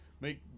make